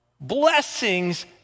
blessings